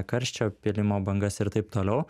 karščio pylimo bangas ir taip toliau